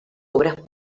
obras